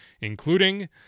including